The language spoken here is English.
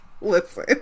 Listen